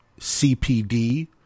CPD